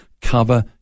cover